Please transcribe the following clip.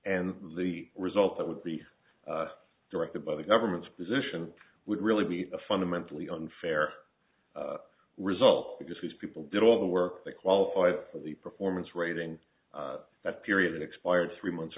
and the result that would be directed by the government's position would really be a fundamentally unfair result because these people did all the work they qualify for the performance rating that period expired three months